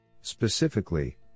Specifically